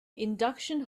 induction